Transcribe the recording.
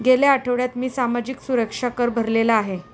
गेल्या आठवड्यात मी सामाजिक सुरक्षा कर भरलेला आहे